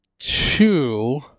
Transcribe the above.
two